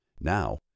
Now